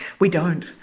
we don't.